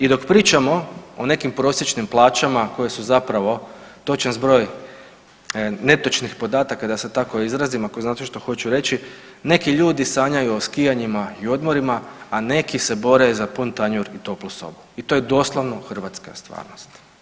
I dok pričamo o nekim prosječnim plaćama koje su zapravo točan zbroj netočnih podataka da se tako izrazim ako znate što hoću reći, neki ljudi sanjaju o skijanjima i odmorima, a neki se bore za pun tanjur i toplu sobu i to je doslovno hrvatska stvarnost.